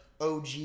OG